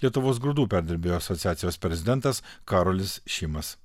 lietuvos grūdų perdirbėjų asociacijos prezidentas karolis šimas